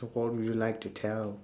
what would you like to tell